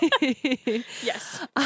yes